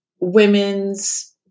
women's